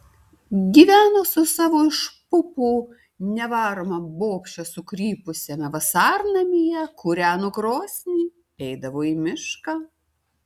gyveno su savo iš pupų nevaroma bobše sukrypusiame vasarnamyje kūreno krosnį eidavo į mišką